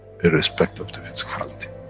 irrespect of the physicality.